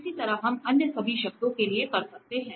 इसी तरह हम अन्य सभी शब्दों के लिए कर सकते हैं